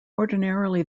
ordinarily